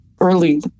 early